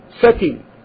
setting